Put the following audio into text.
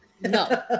no